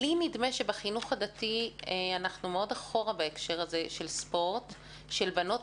שבחינוך הדתי אנחנו מאוד אחורה בהקשר הזה של ספורט של בנות,